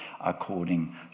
according